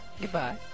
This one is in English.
Goodbye